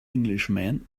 englishman